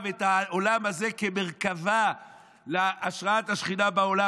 את העולם הזה כמרכבה להשראת השכינה בעולם.